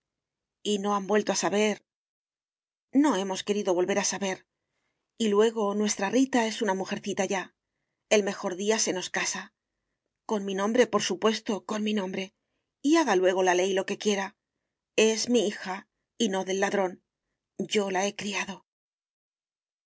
y no han vuelto a saber no hemos querido volver a saber y luego nuestra rita es una mujercita ya el mejor día se nos casa con mi nombre por supuesto con mi nombre y haga luego la ley lo que quiera es mi hija y no del ladrón yo la he criado